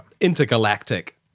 intergalactic